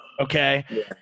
okay